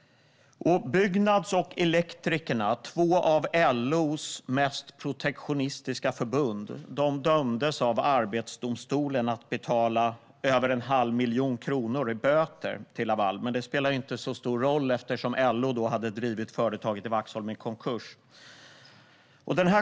Byggnads och Elektrikerna, två av LO:s mest protektionistiska förbund, dömdes av Arbetsdomstolen att betala över en halv miljon kronor i böter till Laval. Men det spelade inte så stor roll eftersom LO redan hade drivit företaget i Vaxholm i konkurs.